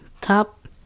top